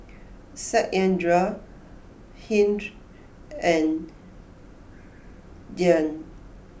Satyendra Hri and Dhyan